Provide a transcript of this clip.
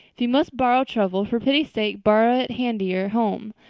if you must borrow trouble, for pity's sake borrow it handier home.